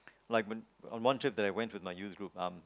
like when on one trip I went to with my youth group um